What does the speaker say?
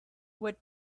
what